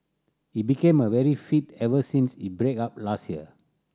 he became a very fit ever since he break up last year